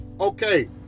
okay